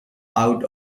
out